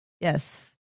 yes